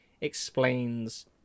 explains